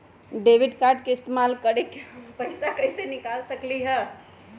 Debit card के इस्तेमाल करके हम पैईसा कईसे निकाल सकलि ह?